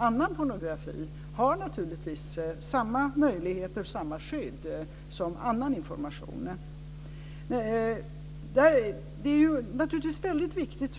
Annan pornografi har samma möjligheter och samma skydd som annan information. Det är väldigt viktigt